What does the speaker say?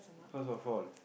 first of all